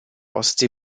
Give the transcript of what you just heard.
ostsee